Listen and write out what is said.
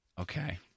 Okay